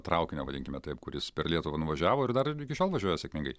traukinio vadinkime taip kuris per lietuvą nuvažiavo ir dar iki šiol važiuoja sėkmingai